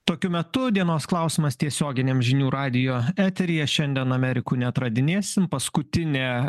tokiu metu dienos klausimas tiesioginiam žinių radijo eteryje šiandien amerikų neatradinėsim paskutinė